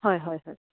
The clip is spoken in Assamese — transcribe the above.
হয় হয় হয়